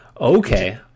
Okay